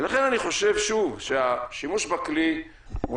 ולכן אני חושב שוב שהשימוש בכלי הוא